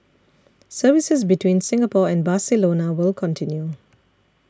services between Singapore and Barcelona will continue